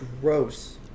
Gross